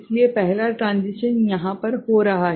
इसलिए पहला ट्रांसिशन यहाँ पर हो रहा है